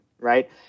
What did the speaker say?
right